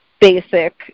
basic